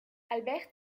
albert